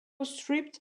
stripped